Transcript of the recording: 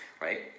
right